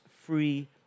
free